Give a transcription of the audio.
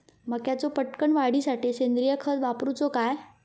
मक्याचो पटकन वाढीसाठी सेंद्रिय खत वापरूचो काय?